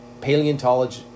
paleontology